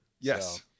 Yes